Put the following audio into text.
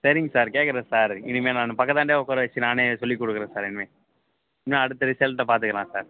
சரிங்க சார் கேக்கிறேன் சார் இனிமேல் நான் பக்கத்தாண்டே உட்கார வச்சு நான் சொல்லி கொடுக்குறேன் சார் இனிமேல் இனிமேல் அடுத்த ரிசல்ட்டில் பார்த்துக்கலாம் சார்